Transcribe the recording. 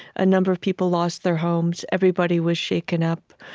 a number of people lost their homes, everybody was shaken up.